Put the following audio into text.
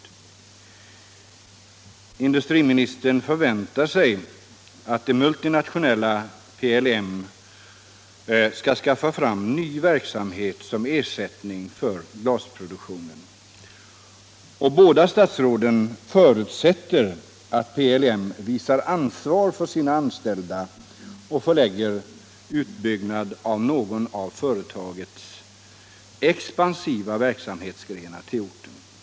Nr 30 Industriministern förväntar sig att det multinationella PLM skall skaffa Torsdagen den fram ny verksamhet som ersättning för glasproduktionen, och båda stats 27 november 1975 råden förutsätter att PLM visar ansvar för sina anställda och förlägger = en utbyggnad av någon av företagets expansiva verksamhetsgrenar till Om åtgärder för att orten.